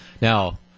Now